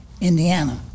Indiana